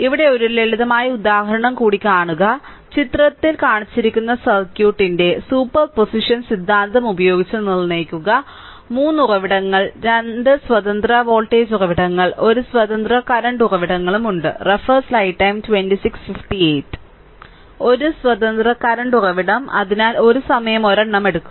ഇവിടെ ഒരു ലളിതമായ ഉദാഹരണം കൂടി കാണുക ചിത്രത്തിൽ കാണിച്ചിരിക്കുന്ന സർക്യൂട്ടിന്റെ സൂപ്പർപോസിഷൻ സിദ്ധാന്തം ഉപയോഗിച്ച് നിർണ്ണയിക്കുക 3 ഉറവിടങ്ങൾ 2 സ്വതന്ത്ര വോൾട്ടേജ് ഉറവിടങ്ങൾ ഒരു സ്വതന്ത്ര കറന്റ് ഉറവിടങ്ങൾ ഉണ്ട് ഒരു സ്വതന്ത്ര കറന്റ് ഉറവിടം അതിനാൽ ഒരു സമയം ഒരെണ്ണം എടുക്കുക